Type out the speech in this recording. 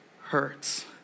hurts